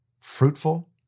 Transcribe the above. fruitful